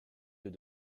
yeux